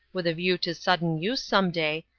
with a view to sudden use some day,